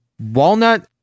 Walnut